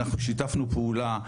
אנחנו שיתפנו פעולה,